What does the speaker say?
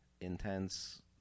intense